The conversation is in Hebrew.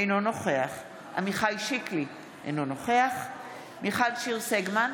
אינו נוכח עמיחי שיקלי, אינו נוכח מיכל שיר סגמן,